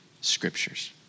scriptures